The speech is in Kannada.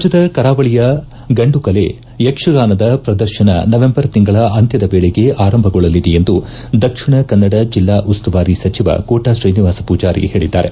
ರಾಜ್ಯದ ಕರಾವಳಿಯ ಗಂಡುಕಲೆ ಯಕ್ಷಗಾನದ ಪ್ರದರ್ಶನ ನವಂಬರ್ ತಿಂಗಳ ಅಂತ್ಯದ ವೇಳೆಗೆ ಆರಂಭಗೊಳ್ಳಲಿದೆ ಎಂದು ದಕ್ಷಿಣ ಕನ್ನಡ ಜಿಲ್ಲಾ ಉಸ್ತುವಾರಿ ಸಚಿವ ಕೋಟಾ ಶ್ರೀನಿವಾಸ ಪೂಜಾರಿ ಹೇಳಿದ್ದಾರೆ